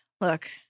look